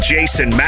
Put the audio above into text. Jason